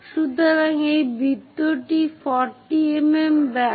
সুতরাং বৃত্তটি 40 mm ব্যাস